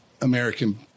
American